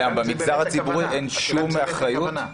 במגזר הציבורי אין שום אחריות.